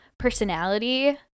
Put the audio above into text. personality